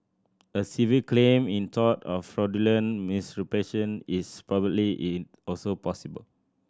a civil claim in tort of fraudulent misrepresentation is probably in also possible